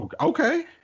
Okay